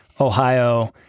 Ohio